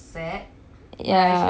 ya